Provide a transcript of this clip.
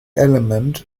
element